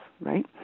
right